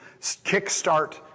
kickstart